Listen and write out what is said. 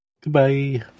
Goodbye